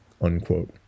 unquote